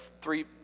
three